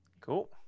Cool